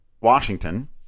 Washington